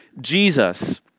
Jesus